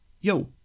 yo